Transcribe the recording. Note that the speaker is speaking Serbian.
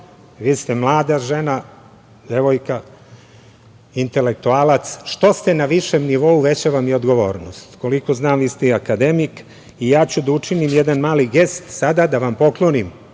vi ste mlada žena, devojka, intelektualac, što ste na višem nivou veća vam je odgovornost. Koliko znam, vi ste i akademik i ja ću da učinim jedan mali gest sada da vam poklonim